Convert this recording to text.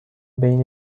بین